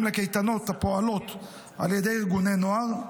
לקייטנות המופעלות על ידי ארגוני נוער,